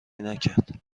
نکرد